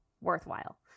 worthwhile